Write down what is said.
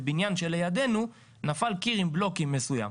בבניין שלידנו נפל קיר עם בלוקים מסוים.